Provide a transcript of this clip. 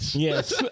Yes